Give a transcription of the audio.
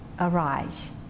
arise